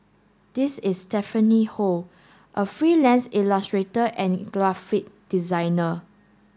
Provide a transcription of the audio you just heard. this is Stephanie Ho a freelance illustrator and graphic designer